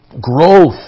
Growth